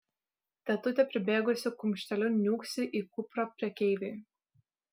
tetutė pribėgusi kumšteliu niūksi į kuprą prekeiviui